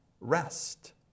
rest